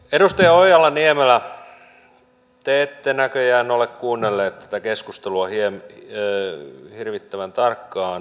edustaja ojala niemelä te ette näköjään ole kuunnellut tätä keskustelua hirvittävän tarkkaan